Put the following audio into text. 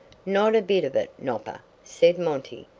not a bit of it, nopper, said monty.